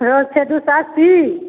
रोहु छै दुइ सओ अस्सी